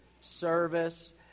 service